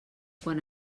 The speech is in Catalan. quan